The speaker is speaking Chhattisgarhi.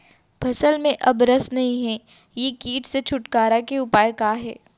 फसल में अब रस नही हे ये किट से छुटकारा के उपाय का हे?